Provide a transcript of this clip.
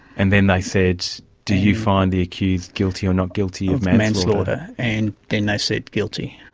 and then they said, do you find the accused guilty or not guilty of manslaughter? and then they said, guilty.